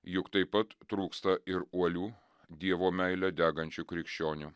juk taip pat trūksta ir uolių dievo meile degančių krikščionių